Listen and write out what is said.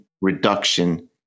Reduction